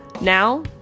Now